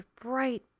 bright